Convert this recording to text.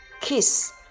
Kiss